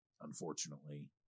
unfortunately